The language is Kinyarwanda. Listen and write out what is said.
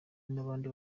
n’abandi